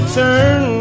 turn